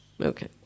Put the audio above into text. Okay